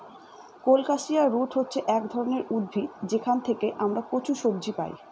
colocasia root হচ্ছে এক ধরনের উদ্ভিদ যেখান থেকে আমরা কচু সবজি পাই